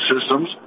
systems